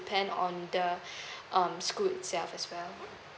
depend on the um school itself as well